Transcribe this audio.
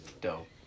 Dope